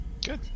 good